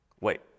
Wait